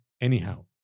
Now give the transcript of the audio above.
anyhow